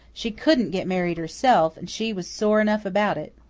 she couldn't get married herself, and she was sore enough about it.